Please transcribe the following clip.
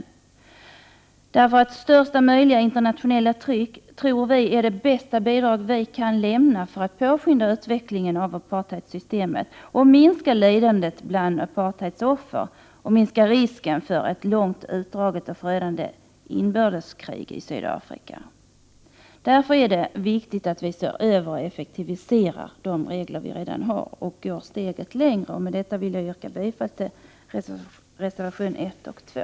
Vi tror nämligen att största möjliga internationella tryck är det bästa bidrag vi kan lämna för att påskynda avvecklingen av apartheidsystemet, minska lidandet för apartheids offer och minska risken för ett långt utdraget och förödande inbördeskrig i Sydafrika. Därför är det viktigt att vi ser över och effektiviserar de regler vi redan har och går ett steg längre. Med detta vill jag yrka bifall till reservationerna 1 och 2.